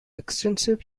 extensive